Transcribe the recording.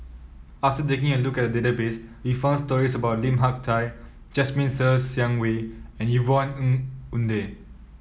after taking a look at the database we found stories about Lim Hak Tai Jasmine Ser Xiang Wei and Yvonne Ng Uhde